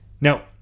Now